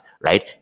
right